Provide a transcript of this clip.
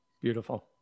Beautiful